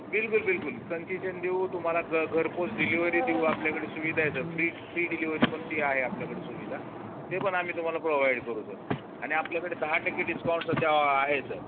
बिल्कुल बिल्कुल कन्सेशन देऊ तुम्हाला ग घरपोच डिलिवरी देऊ आपल्याकडे सुविधा आहे सर फ्री फ्री डिलिवरीपण ती आहे आपल्याकडे सुविधा तेपण आम्ही तुम्हाला प्रोव्हाईड करू सर आणि आपल्याकडे दहा टक्के डिस्काउंट सध्या आहे सर